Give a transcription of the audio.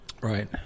right